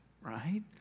right